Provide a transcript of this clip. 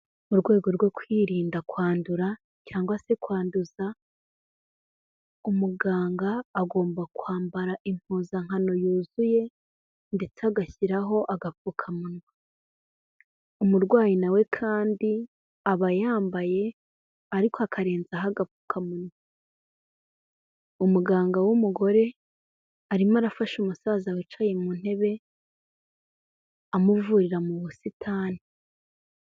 Mu rwego rwo kwirinda kwandura cyangwa se kwanduza, umuganga agomba kwambara impuzankano yuzuye ndetse agashyiraho agapfukamunwa. Umurwayi na we kandi aba yambaye ariko akarenzaho agapfukamunwa. Umuganga w'umugore arimo arafasha umusaza wicaye mu ntebe, amuvurira mu busitani.